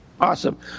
Awesome